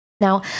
Now